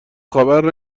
خبر